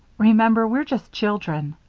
remember, we're just children.